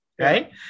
right